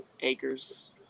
acres